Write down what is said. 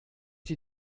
die